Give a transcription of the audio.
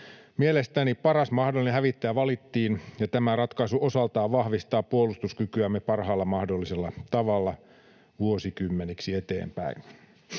Mielestäni paras mahdollinen hävittäjä valittiin, ja tämä ratkaisu osaltaan vahvistaa puolustuskykyämme parhaalla mahdollisella tavalla vuosikymmeniksi eteenpäin.